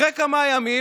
אחרי כמה ימים,